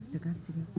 יש פה בעיה.